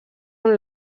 amb